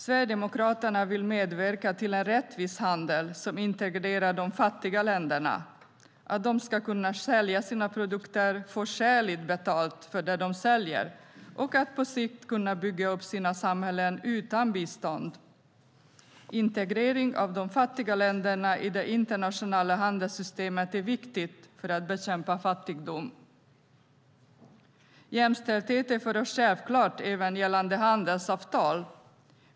Sverigedemokraterna vill medverka till en rättvis handel som integrerar de fattiga länderna, att de ska kunna sälja sina produkter, få skäligt betalt för det de säljer och på sikt kunna bygga upp sina samhällen utan bistånd. Integrering av de fattiga länderna i det internationella handelssystemet är viktig för att bekämpa fattigdom. Jämställdhet är för oss självklart även gällande handelsavtal.